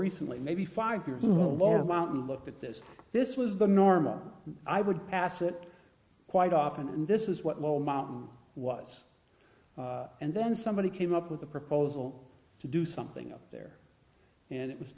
recently maybe five years when a lot of mountain looked at this this was the normal i would pass it quite often and this is what lone mountain was and then somebody came up with a proposal to do something up there and it was